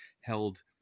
held